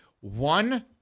One